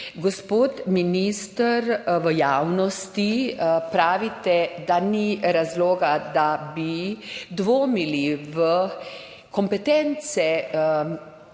Gospod minister, v javnosti pravite, da ni razloga, da bi dvomili v kompetence